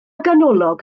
ganolog